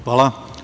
Hvala.